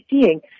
seeing